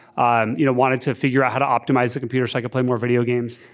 um you know wanted to figure out how to optimize the computer so i could play more video games,